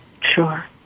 Sure